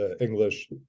English